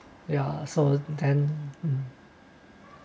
ya so then